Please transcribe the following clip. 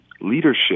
leadership